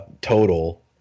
total